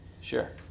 Sure